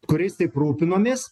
kuriais taip rūpinomės